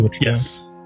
Yes